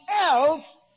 else